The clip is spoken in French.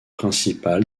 principal